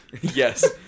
Yes